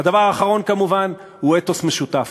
הדבר האחרון כמובן הוא אתוס משותף.